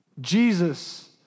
Jesus